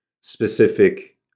specific